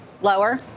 lower